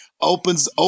opens